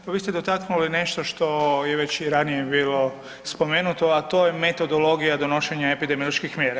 Pa vi ste dotaknuli nešto što je već i ranije bilo spomenuto, a to je metodologija donošenja epidemioloških mjera.